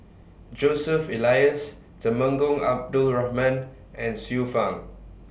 Joseph Elias Temenggong Abdul Rahman and Xiu Fang